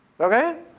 Okay